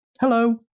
Hello